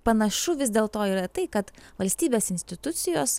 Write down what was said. panašu vis dėl to yra tai kad valstybės institucijos